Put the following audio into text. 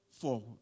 forward